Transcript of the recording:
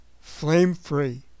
flame-free